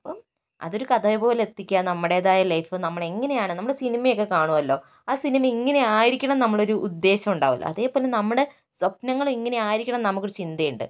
അപ്പോൾ അതൊരു കഥ പോലെയെത്തിക്കുക നമ്മുടേതായ ലൈഫ് നമ്മളെങ്ങനെയാണ് നമ്മള് സിനിമയൊക്കെ കാണുമല്ലോ ആ സിനിമ ഇങ്ങനെ ആയിരിക്കണം നമ്മളൊരു ഉദ്ദേശം ഉണ്ടാകുമല്ലോ അതേപോലെ നമ്മുടെ സ്വപ്നങ്ങള് ഇങ്ങനെ ആയിരിക്കണം നമുക്കൊരു ചിന്തയുണ്ട്